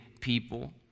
people